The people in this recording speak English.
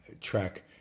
track